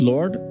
Lord